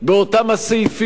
באותם הסעיפים,